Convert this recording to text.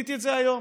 גיליתי את זה היום: